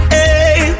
Hey